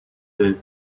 gave